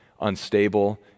unstable